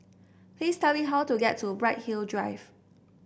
please tell me how to get to Bright Hill Drive